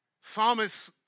Psalmist